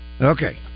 Okay